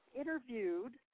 interviewed